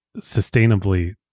sustainably